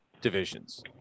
divisions